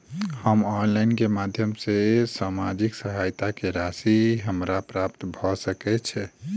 हम ऑनलाइन केँ माध्यम सँ सामाजिक सहायता केँ राशि हमरा प्राप्त भऽ सकै छै?